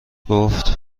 گفت